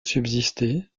subsister